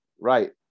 Right